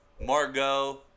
Margot